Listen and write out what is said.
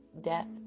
depth